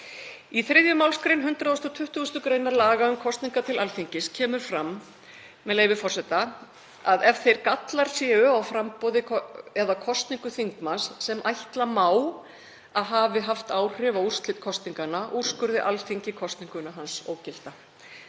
Í 3. mgr. 120. gr. laga um kosningar til Alþingis kemur fram, með leyfi forseta, að „ef þeir gallar eru á framboði eða kosningu þingmanns sem ætla má að hafi haft áhrif á úrslit kosningarinnar úrskurðar Alþingi kosningu hans ógilda“.